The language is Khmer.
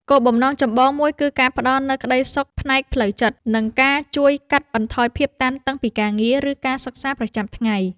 គោលបំណងចម្បងមួយគឺការផ្ដល់នូវ ក្ដីសុខផ្នែកផ្លូវចិត្ត និងការជួយកាត់បន្ថយភាពតានតឹងពីការងារ ឬការសិក្សាប្រចាំថ្ងៃ។